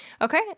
Okay